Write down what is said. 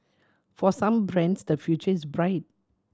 for some brands the future is bright